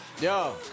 Yo